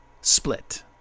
Split